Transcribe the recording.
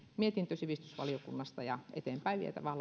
mietintö sivistysvaliokunnasta ja eteenpäin vietävää